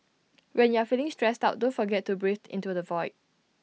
when you are feeling stressed out don't forget to breathe into the void